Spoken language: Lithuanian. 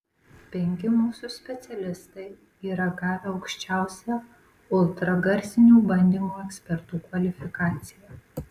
penki mūsų specialistai yra gavę aukščiausią ultragarsinių bandymų ekspertų kvalifikaciją